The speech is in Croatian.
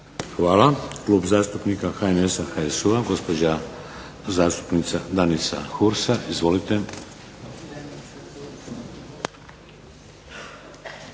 Hvala. Klub zastupnika HNS-HSU-a, gospođa zastupnica Danica Hursa. Izvolite.